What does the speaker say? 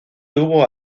tuvo